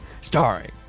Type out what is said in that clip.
Starring